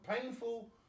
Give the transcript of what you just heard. painful